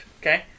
Okay